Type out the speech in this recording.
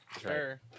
Sure